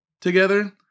together